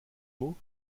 mot